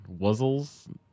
Wuzzles